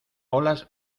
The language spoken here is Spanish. olas